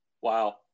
wow